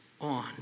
on